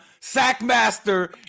Sackmaster